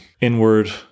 Inward